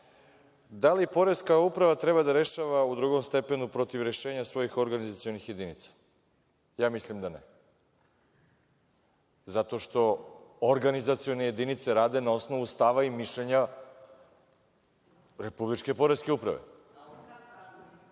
li poreska uprava treba da rešava u drugostepenom protiv rešenja svojih organizacionih jedinica? Ja mislim da ne. Zato što organizacione jedinice rade na osnovu stava i mišljenja republičke poreske